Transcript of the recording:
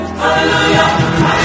hallelujah